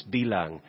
Bilang